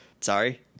Sorry